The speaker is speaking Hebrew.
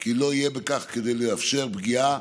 כי לא יהיה בכך כדי לאפשר פגיעה